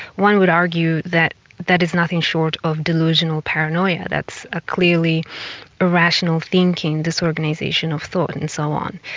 one would argue that that is nothing short of delusional paranoia, that's a clearly irrational thinking, disorganisation of thought and so on.